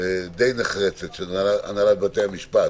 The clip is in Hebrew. די נחרצת של הנהלת בתי המשפט